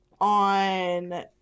on